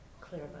Clear